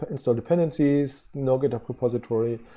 install dependencies now get a repository,